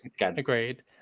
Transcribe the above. Agreed